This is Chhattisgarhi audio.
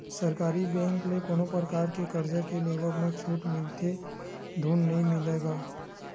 सरकारी बेंक ले कोनो परकार के करजा के लेवब म छूट मिलथे धून नइ मिलय गा?